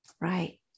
Right